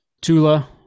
Tula